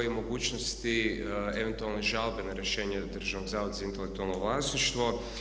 I mogućnosti eventualne žalbe na rješenje Državnog zavoda za intelektualno vlasništvo.